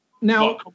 now